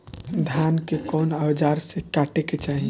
धान के कउन औजार से काटे के चाही?